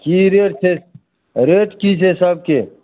की rate छै rate की छै सभके